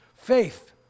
Faith